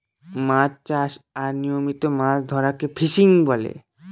মাছ চাষ আর নিয়মিত মাছ ধরাকে ফিসিং বলে